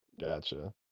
gotcha